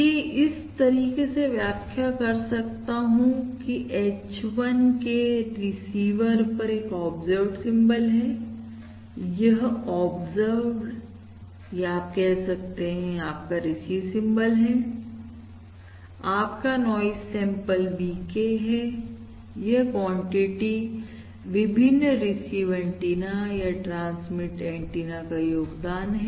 कि इस तरीके से व्याख्या करता हूं की H1K रिसीवर पर एक ऑब्जर्व्ड सिंबल है यह ऑब्जर्व्ड या आप कह सकते हैं आपका रिसीव सिंबल है आपका नाइज सैंपल VK है यह क्वांटिटी विभिन्न रिसीव एंटीना या ट्रांसमिट एंटीना का योगदान है